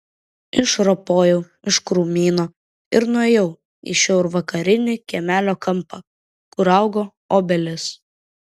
išropojau iš krūmyno ir nuėjau į šiaurvakarinį kiemelio kampą kur augo obelis